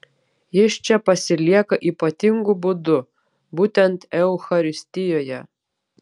jis čia pasilieka ypatingu būdu būtent eucharistijoje